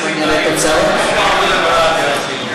הארכת תוקף),